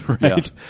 Right